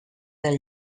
del